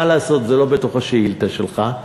מה לעשות, זה לא בתוך השאילתה שלך.